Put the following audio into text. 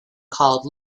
called